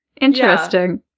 interesting